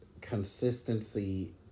consistency